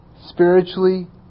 spiritually